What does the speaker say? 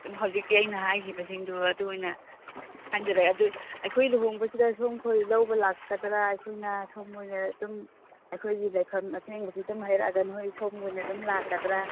ꯍꯧꯖꯤꯛꯀꯤ ꯑꯩꯅ ꯍꯥꯏꯈꯤꯕꯁꯤꯡꯗꯣ ꯑꯗꯨ ꯑꯣꯏꯅ ꯈꯟꯖꯔꯦ ꯑꯗꯨ ꯑꯩꯈꯣꯏ ꯂꯨꯍꯣꯡꯕꯁꯤꯗ ꯁꯣꯝꯈꯣꯏ ꯂꯧꯕ ꯂꯥꯛꯀꯗ꯭ꯔꯥ ꯑꯩꯈꯣꯏꯅ ꯁꯣꯝ ꯑꯣꯏꯅ ꯑꯗꯨꯝ ꯑꯩꯈꯣꯏꯒꯤ ꯂꯩꯐꯝ ꯑꯁꯦꯡꯕꯁꯤ ꯑꯗꯨꯝ ꯍꯥꯏꯔꯛꯑꯒ ꯅꯣꯏ ꯁꯣꯝꯗ ꯑꯣꯏꯅ ꯑꯗꯨꯝ ꯂꯥꯛꯀꯗ꯭ꯔꯥ